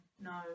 no